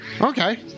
Okay